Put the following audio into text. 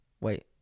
wait